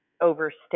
overstate